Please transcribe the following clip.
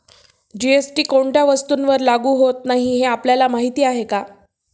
GST कोणत्या वस्तूंवर लागू होत नाही हे आपल्याला माहीत आहे का?